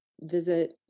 visit